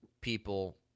people